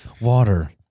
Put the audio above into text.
Water